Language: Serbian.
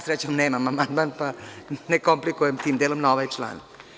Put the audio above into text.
Srećom, ja nemam amandman, pa ne komplikujem tim delom na ovaj član.